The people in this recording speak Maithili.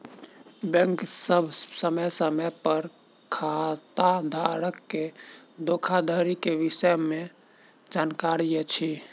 बैंक सभ समय समय पर खाताधारक के धोखाधड़ी के विषय में जानकारी अछि